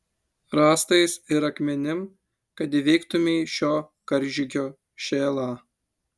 rąstais ir akmenim kad įveiktumei šio karžygio šėlą